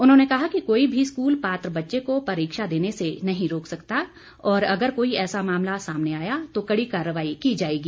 उन्होंने कहा कि कोई भी स्कूल पात्र बच्चे को परीक्षा देने से नहीं रोक सकता और अगर कोई ऐसा मामला सामने आया तो कड़ी कार्रवाई की जाएगी